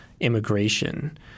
immigration